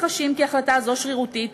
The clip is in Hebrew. וחשים כי החלטה זו שרירותית,